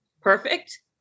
Perfect